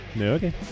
Okay